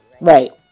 Right